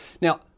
Now